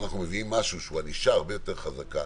כשאנחנו מביאים משהו שהוא ענישה הרבה יותר חזקה,